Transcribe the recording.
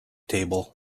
table